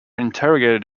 interrogated